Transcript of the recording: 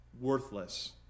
worthless